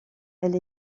elle